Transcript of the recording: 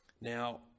Now